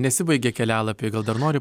nesibaigė kelialapiai gal dar nori